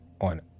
on